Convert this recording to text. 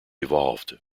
evolved